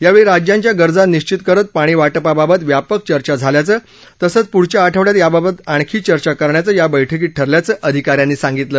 यावेळी राज्यांच्या गरजा निशित करत पाणी वाटपाबाबत व्यापक चर्चा झाल्याचं तसंच पुढच्या आठवड्यात याबाबत आणखी चर्चा करण्याचं या बैठकीत ठरल्याचं अधिका यांनी सांगितलं